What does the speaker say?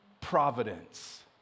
providence